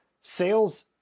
sales